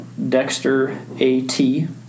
dexterat